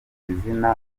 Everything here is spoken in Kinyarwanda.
izina